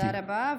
תודה רבה.